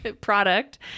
product